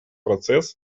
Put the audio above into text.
процесс